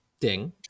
Ding